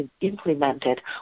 implemented